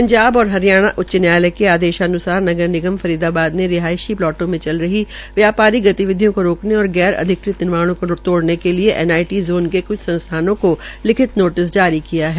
पंजाब और हरियाणा उच्च न्यायलय के आदेशान्सार नगार निगम फरीदाबाद ने रिहायशी प्लाटों में चल रहे व्यापरिक गतिविधियों को रोकने और गरैर अधिकृत निर्माणें को तोड़ने के लिये एनआईटी ज़ोन के क्छ संसथाओं को लिखित नोटिस जारी किये है